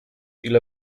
ile